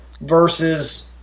versus